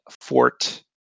fort